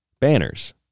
banners